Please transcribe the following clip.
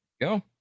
go